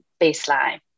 baseline